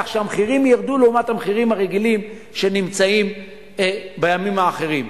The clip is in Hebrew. כך שהמחירים ירדו לעומת המחירים הרגילים בימים האחרים.